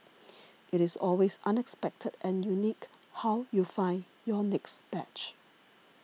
it is always unexpected and unique how you find your next badge